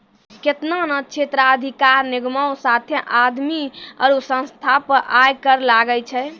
केतना ने क्षेत्राधिकार निगमो साथे आदमी आरु संस्था पे आय कर लागै छै